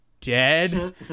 dead